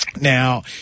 now